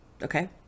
Okay